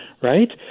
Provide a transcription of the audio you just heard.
Right